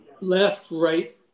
left-right